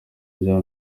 rya